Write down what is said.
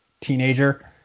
teenager